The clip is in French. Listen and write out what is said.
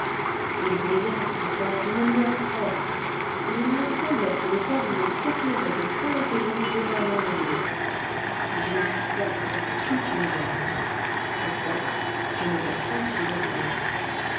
il brillait ce corps d'une lueur propre et il me semblait que le tableau s'éclairait de pâles rayons émanant de lui j'eus froid dans toutes mes veines pourquoi je n'aurais point su le dire